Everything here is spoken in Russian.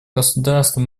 государства